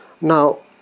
Now